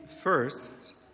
first